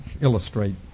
illustrate